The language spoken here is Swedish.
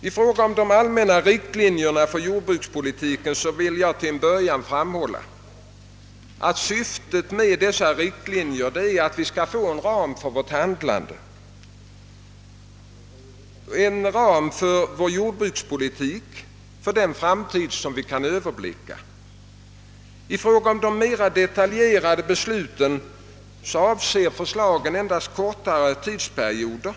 I fråga om de allmänna riktlinjerna för jordbrukspolitiken vill jag till en början framhålla att syftet med dessa är att få en ram för vårt handlande, en ram för vår jordbrukspolitik för den framtid vi kan överblicka. I fråga om de mera detaljerade besluten avser förslagen endast kortare tidsperioder.